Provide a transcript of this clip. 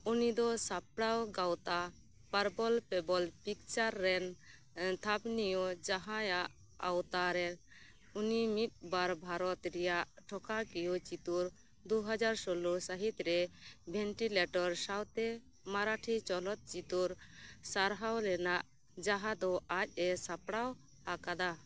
ᱩᱱᱤ ᱫᱚ ᱥᱟᱯᱲᱟᱣ ᱜᱟᱶᱛᱟ ᱯᱟᱯᱨᱚᱞ ᱯᱮᱵᱚᱞ ᱯᱤᱠᱪᱟᱨᱥ ᱨᱮᱱ ᱛᱷᱟᱯᱚᱱᱤᱭᱟᱹ ᱡᱟᱦᱟᱸᱭᱟᱜ ᱟᱣᱛᱟ ᱨᱮ ᱩᱱᱤ ᱢᱤᱫᱼᱵᱟᱨ ᱵᱷᱟᱨᱚᱛ ᱨᱮᱭᱟᱜ ᱴᱚᱴᱷᱟᱠᱤᱭᱟᱹ ᱪᱤᱛᱟᱹᱨ ᱫᱩ ᱦᱟᱡᱟᱨ ᱥᱳᱞᱳ ᱥᱟᱹᱦᱤᱛ ᱨᱮ ᱵᱷᱮᱱᱴᱤᱞᱮᱴᱚᱨ ᱥᱟᱶᱛᱮ ᱢᱟᱨᱟᱴᱷᱤ ᱪᱚᱞᱚᱛᱪᱤᱛᱟᱹᱨ ᱥᱟᱨᱦᱟᱣ ᱨᱮᱱᱟᱜ ᱡᱟᱦᱟᱸ ᱫᱚ ᱟᱡᱼᱮ ᱥᱟᱯᱲᱟᱣ ᱟᱠᱟᱫᱟ